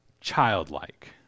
childlike